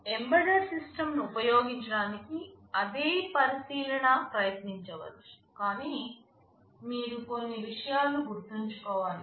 మీరు embedded system ఉపయోగించడానికి అదే పరిశీలన ప్రయత్నించవచ్చు కానీ మీరు కొన్ని విషయాలు గుర్తుంచుకోవాలి